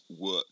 Work